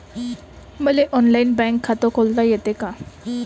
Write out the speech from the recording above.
मले online bank खात खोलता येते का?